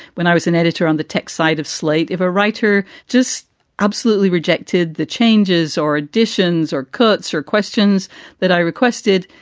when i was an editor on the tech side of slate, if a writer just absolutely rejected the changes or additions or cuts or questions that i requested,